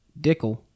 Dickel